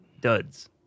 duds